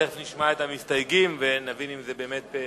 תיכף נשמע את המסתייגים ונבין אם זה באמת פה אחד.